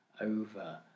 over